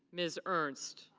ms. ernst.